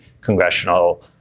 congressional